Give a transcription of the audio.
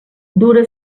dura